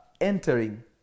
entering